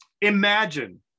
imagine